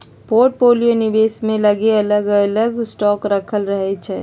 portfolio निवेशक के लगे अलग अलग स्टॉक राखल रहै छइ